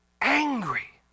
angry